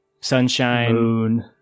Sunshine